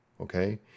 Okay